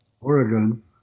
Oregon